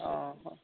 ꯑꯥ ꯍꯣꯏ